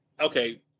Okay